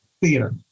theater